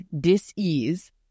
dis-ease